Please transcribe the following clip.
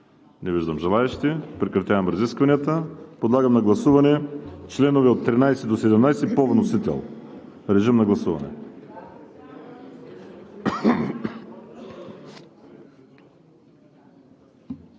Не виждам желаещи. Прекратявам разискванията. Подлагам на гласуване членове 13 – 17 по вносител. Гласували